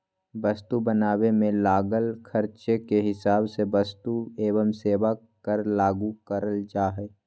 वस्तु बनावे मे लागल खर्चे के हिसाब से वस्तु एवं सेवा कर लागू करल जा हय